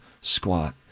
Squat